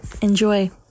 Enjoy